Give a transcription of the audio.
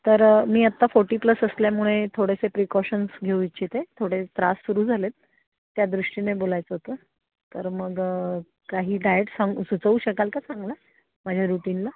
तर मी आत्ता फोर्टी प्लस असल्यामुळे थोडेसे प्रिकॉशन्स घेऊ इच्छिते थोडे त्रास सुरू झालेत त्यादृष्टीने बोलायचं होतं तर मग काही डायट सांगू सुचवू शकाल का चांगला माझ्या रुटीनला